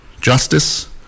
justice